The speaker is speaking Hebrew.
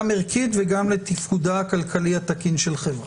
ערכית וגם לתפקודה הכלכלי התקין של חברה,